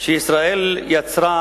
שישראל יצרה